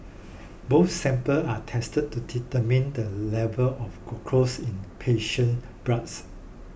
both samples are tested to determine the level of glucose in the patient's bloods